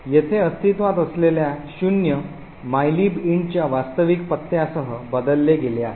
येथे अस्तित्वात असलेल्या शून्य mylib int च्या वास्तविक पत्त्यासह बदलले गेले आहे